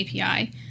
API